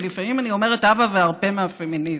ולפעמים אני אומרת: הבה וארפה מהפמיניזם,